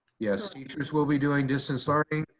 yes, teachers will be doing distance learning.